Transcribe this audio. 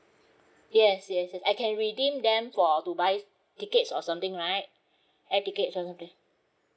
yes yes yes I can redeem them for to buy tickets or something right air tickets or something